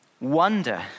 wonder